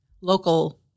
local